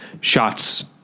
shots